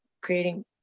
creating